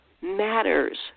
matters